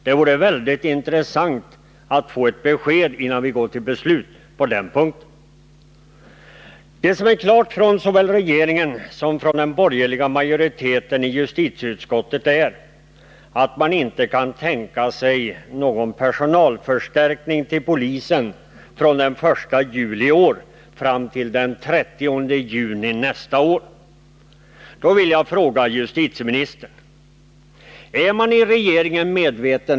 Det vore mycket intressant att få ett besked på den punkten, innan vi går till beslut. Det står däremot klart att såväl regeringen som den borgerliga majoriteten i justitieutskottet inte kan tänka sig någon personalförstärkning till polisen från den 1 juli i år fram till den 30 juni nästa år.